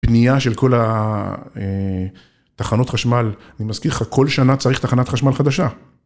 בנייה של כל התחנות חשמל, אני מזכיר לך, כל שנה צריך תחנת חשמל חדשה.